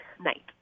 night